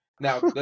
Now